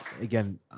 again